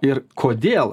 ir kodėl